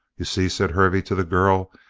you see? said hervey to the girl.